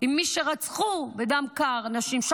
עם מי שרצחו בדם קר נשים,